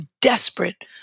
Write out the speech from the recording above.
desperate